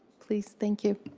please. thank you.